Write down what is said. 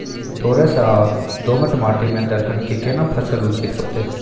दोरस या दोमट माटी में दलहन के केना फसल उचित होतै?